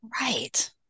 Right